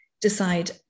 decide